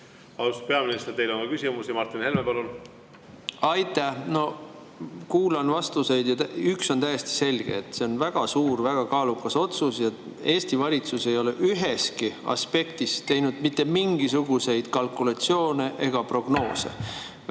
Austatud peaminister, teile on ka küsimusi. Martin Helme, palun! Aitäh! Kuulan vastuseid ja üks on täiesti selge: see on väga suur, väga kaalukas otsus ja Eesti valitsus ei ole üheski aspektis teinud mitte mingisuguseid kalkulatsioone ega prognoose.